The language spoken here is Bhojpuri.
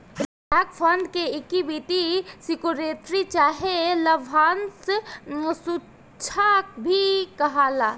स्टॉक फंड के इक्विटी सिक्योरिटी चाहे लाभांश सुरक्षा भी कहाला